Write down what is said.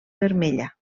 vermella